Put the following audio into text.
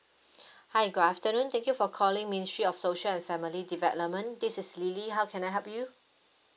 hi good afternoon thank you for calling ministry of social and family development this is lily how can I help you